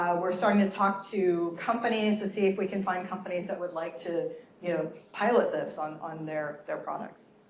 we're starting to talk to companies to see if we can find companies that would like to you know pilot this on on their their products.